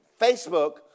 Facebook